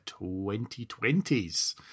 2020s